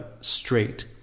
straight